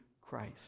Christ